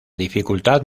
dificultad